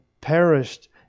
perished